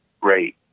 Great